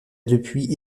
depuis